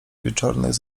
wieczornych